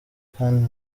kandi